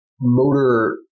motor